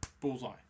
Bullseye